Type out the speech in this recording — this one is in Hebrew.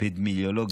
באפידמיולוגיה.